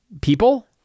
people